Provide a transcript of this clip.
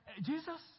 Jesus